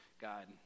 God